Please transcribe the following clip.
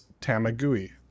Tamagui